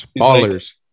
Ballers